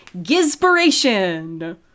Gizpiration